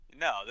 No